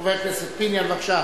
חבר הכנסת פיניאן, בבקשה.